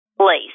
place